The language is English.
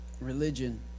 religion